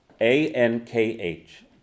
A-N-K-H